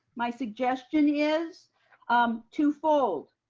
my suggestion is um twofold.